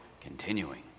continuing